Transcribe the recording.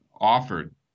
offered